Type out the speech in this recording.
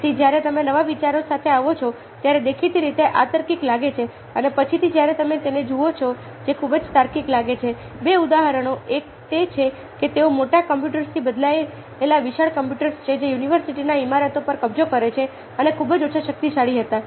તેથી જ્યારે તમે નવા વિચારો સાથે આવો છો ત્યારે દેખીતી રીતે તે અતાર્કિક લાગે છે અને પછીથી જ્યારે તમે તેને જુઓ છો જે ખૂબ જ તાર્કિક લાગે છે બે ઉદાહરણો એક તે છે કે તેઓ મોટા કમ્પ્યુટર્સથી બદલાયેલા વિશાળ કમ્પ્યુટર્સ જે યુનિવર્સિટીની ઇમારતો પર કબજો કરે છે અને ખૂબ ઓછા શક્તિશાળી હતા